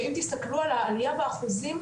שאם תסתכלו על העלייה באחוזים,